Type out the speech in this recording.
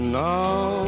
now